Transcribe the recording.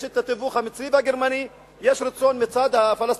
יש התיווך המצרי והגרמני, יש רצון מצד הפלסטינים,